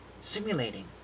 simulating